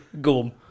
gum